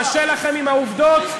קשה לכם עם העובדות?